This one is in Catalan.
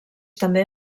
també